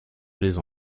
clés